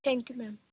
thank you ma'am